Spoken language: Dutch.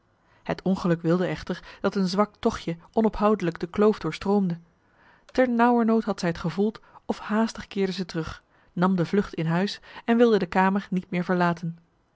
het ongeluk wilde echter dat een zwak tochtje onophoudelijk de kloof doorstroomde ternauwernood had zij t gevoeld of haastig keerde ze terug nam de vlucht in huis en wilde de kamer niet meer verlaten